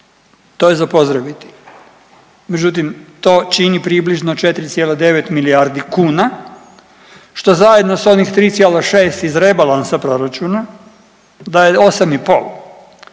to je za pozdraviti, međutim to čini približno 4,9 milijardi kuna, što zajedno s onih 3,6 iz rebalansa proračuna daje 8,5,